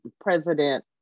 president